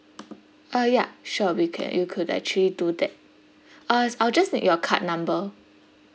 uh ya sure we can you could actually do that I was I will just need your card number